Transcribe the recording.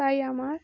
তাই আমার